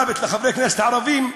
מוות לחברי הכנסת הערבים,